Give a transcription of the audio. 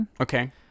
Okay